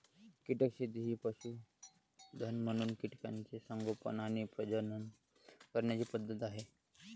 कीटक शेती ही पशुधन म्हणून कीटकांचे संगोपन आणि प्रजनन करण्याची पद्धत आहे